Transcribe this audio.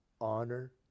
honor